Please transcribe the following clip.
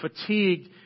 fatigued